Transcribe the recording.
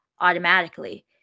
automatically